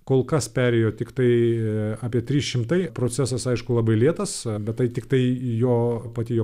kol kas perėjo tiktai apie trys šimtai procesas aišku labai lėtas bet tai tiktai jo pati jo